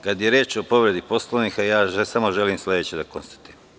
Kada je reč o povredi Poslovnika, samo želim sledeće da konstatujem.